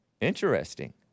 Interesting